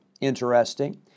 Interesting